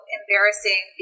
embarrassing